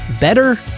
better